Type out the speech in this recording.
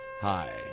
Hi